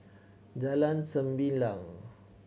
Jalan Sembilang